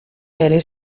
bere